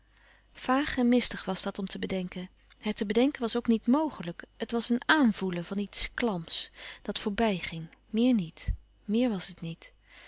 en mistig was dat om te bedenken het te bedenken was ook niet mogelijk het was een aanvoelen van iets klams dat voorbij ging meer niet meer was het niet